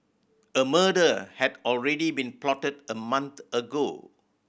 a murder had already been plotted a month ago